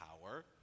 power